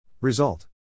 Result